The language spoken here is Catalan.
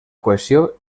cohesió